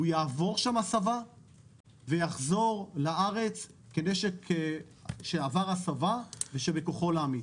הוא יעבור שם הסבה ויחזור לארץ כנשק שעבר הסבה ושבכוחו להמית.